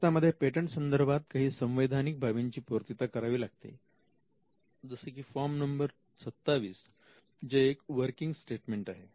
भारतामध्ये पेटंट संदर्भात काही संवैधानिक बाबींची पूर्तता करावी लागते जसे की फॉर्म नंबर 27 जे एक वर्किंग स्टेटमेंट आहे